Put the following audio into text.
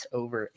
over